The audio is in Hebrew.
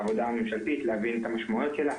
לעבודה הממשלתית כדי להבין את המשמעויות שלה.